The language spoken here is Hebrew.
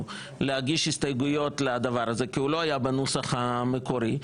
להגיש הסתייגויות לדבר הזה כי הוא לא היה בנוסח המקורי,